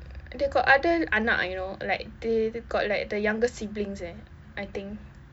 they got other anak you know like they they got like the younger siblings leh I think